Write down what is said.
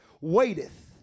waiteth